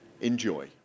Enjoy